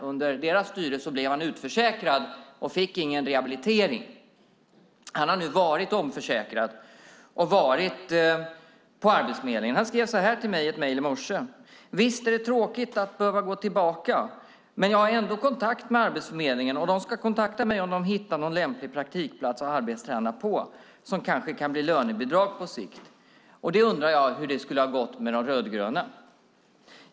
Under deras styre blev han utförsäkrad och fick ingen rehabilitering. Han har nu varit omförsäkrad och varit på Arbetsförmedlingen. Han skrev ett mejl till mig i morse: Visst är det tråkigt att behöva gå tillbaka. Men jag har ändå kontakt med Arbetsförmedlingen, och de ska kontakta mig om de hittar någon lämpligt praktikplats att arbetsträna på, och det kanske kan bli lönebidrag på sikt. Jag undrar hur de skulle ha gått med De rödgröna.